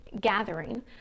gathering